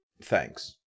Thanks